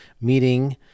meeting